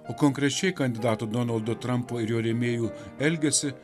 o konkrečiai kandidato donaldo trampo ir jo rėmėjų elgesį